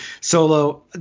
solo